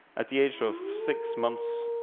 at the age of six months,